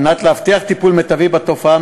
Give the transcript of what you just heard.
על מנת להבטיח טיפול מיטבי בתופעה,